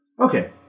Okay